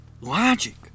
logic